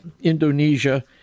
Indonesia